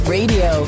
Radio